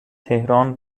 تهران